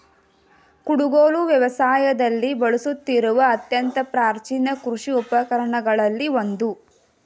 ಕುಡುಗೋಲು ವ್ಯವಸಾಯದಲ್ಲಿ ಬಳಸುತ್ತಿರುವ ಅತ್ಯಂತ ಪ್ರಾಚೀನ ಕೃಷಿ ಉಪಕರಣಗಳಲ್ಲಿ ಒಂದು